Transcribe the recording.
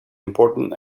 important